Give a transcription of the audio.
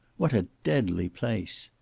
what a deadly place!